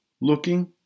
looking